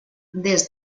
des